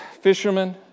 fishermen